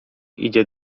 idzie